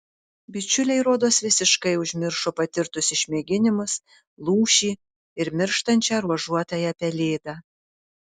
bičiuliai rodos visiškai užmiršo patirtus išmėginimus lūšį ir mirštančią ruožuotąją pelėdą